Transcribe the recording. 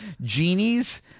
genies